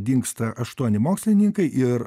dingsta aštuoni mokslininkai ir